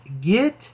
get